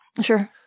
Sure